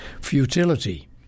futility